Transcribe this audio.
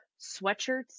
sweatshirts